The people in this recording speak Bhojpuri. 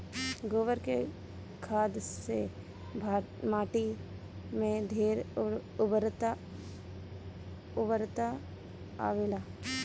गोबर के खाद से माटी में ढेर उर्वरता आवेला